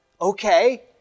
okay